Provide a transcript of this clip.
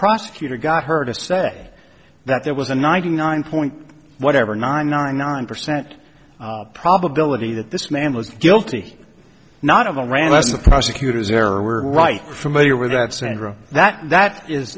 prosecutor got her to say that there was a ninety nine point whatever nine nine nine percent probability that this man was guilty not of the rant as the prosecutors there were right familiar with that sandra that that is